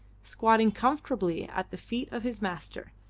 squatting comfortably at the feet of his master,